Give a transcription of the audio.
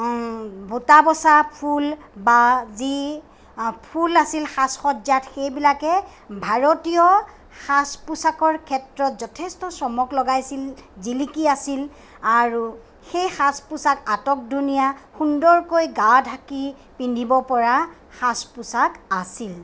বুটাবছা ফুল বা যি ফুল আছিল সাজ সজ্জাত সেইবিলাকে ভাৰতীয় সাজ পোচাকৰ ক্ষেত্ৰত যথেষ্ট চমক লগাইছিল জিলিকি আছিল আৰু সেই সাজ পোচাক আটকধুনীয়া সুন্দৰকৈ গা ঢাকি পিন্ধিবপৰা সাজ পোচাক আছিল